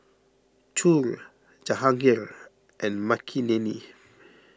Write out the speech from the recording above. Choor Jahangir and Makineni